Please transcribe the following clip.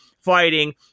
fighting